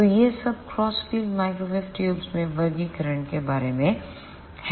तो यह सब क्रॉस फील्ड माइक्रोवेव ट्यूबों के वर्गीकरण के बारे में है